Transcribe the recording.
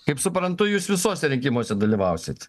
kaip suprantu jūs visuose rinkimuose dalyvausit